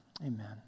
amen